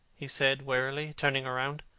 he said, wearily, turning round.